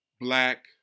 black